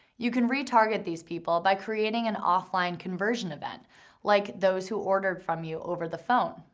you can retarget these people by creating an offline conversion event like those who ordered from you over the phone.